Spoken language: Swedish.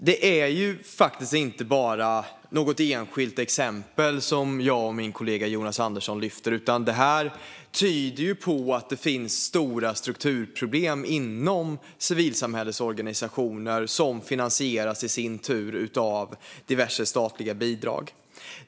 Fru talman! Det är faktiskt inte bara något enskilt exempel som jag och min kollega Jonas Andersson lyfter fram, utan detta tyder på att det finns stora strukturproblem inom civilsamhällesorganisationer som i sin tur finansieras av diverse statliga bidrag.